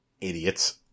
Idiots